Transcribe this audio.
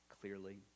clearly